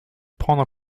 prendre